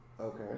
Okay